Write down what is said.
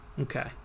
Okay